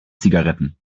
zigaretten